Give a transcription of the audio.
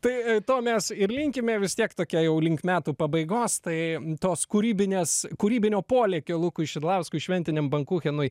tai to mes ir linkime vis tiek tokia jau link metų pabaigos tai tos kūrybinės kūrybinio polėkio lukui šidlauskui šventiniam bankuchenui